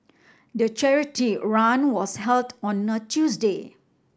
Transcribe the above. the charity run was held on a Tuesday